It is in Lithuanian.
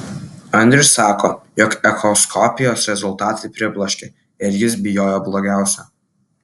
andrius sako jog echoskopijos rezultatai pribloškė ir jis bijojo blogiausio